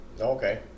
Okay